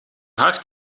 hard